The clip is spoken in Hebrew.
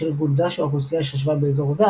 בשל גודלה של האוכלוסייה שישבה באזור זה,